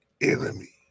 enemy